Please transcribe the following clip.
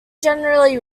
generally